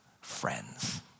friends